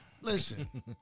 Listen